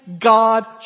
God